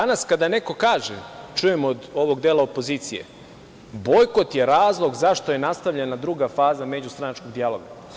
Danas kada neko kaže, čujem od ovog dela opozicije, bojkot je razlog zašto je nastavljena druga faza međustranačkog dijaloga.